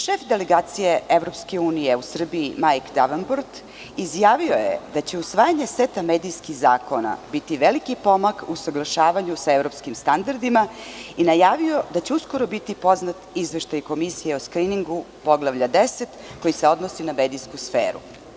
Šef delegacije EU u Srbiji Majkl Devenport je izjavio da će usvajanje seta medijskih zakona biti veliki pomak u usaglašavanju sa evropskim standardima i najavio da će uskoro biti poznat i izveštaj Komisije o skriningu Poglavlja 10, koji se odnosi na medijsku sferu.